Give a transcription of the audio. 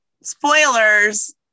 spoilers